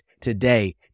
today